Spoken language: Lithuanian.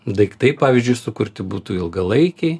daiktai pavyzdžiui sukurti būtų ilgalaikiai